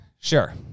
sure